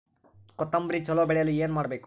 ಕೊತೊಂಬ್ರಿ ಚಲೋ ಬೆಳೆಯಲು ಏನ್ ಮಾಡ್ಬೇಕು?